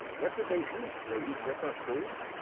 what did they eat? did they eat different foods?